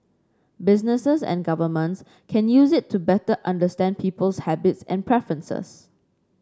businesses and governments can use it to better understand people's habits and preferences